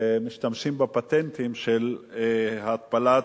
משתמשות בפטנטים של התפלת,